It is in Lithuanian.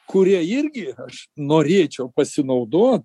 kurie irgi aš norėčiau pasinaudot